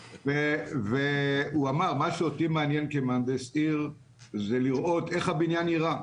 הוא אמר: מה שאותי מעניין כמהנדס עיר זה איך הבניין נראה.